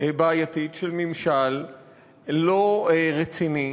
בעייתית של ממשל לא רציני,